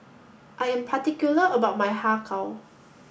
I am particular about my Har Kow